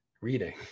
reading